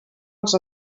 els